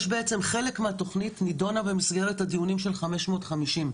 חלק מהתוכנית נידונה במסגרת הדיונים של 550,